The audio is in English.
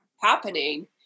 happening